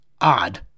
odd